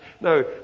no